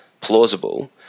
plausible